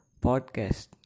Podcast